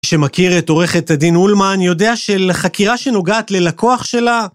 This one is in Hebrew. מי שמכיר את עורכת הדין אולמן יודע שלחקירה שנוגעת ללקוח שלה